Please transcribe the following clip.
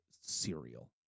cereal